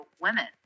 women